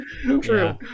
true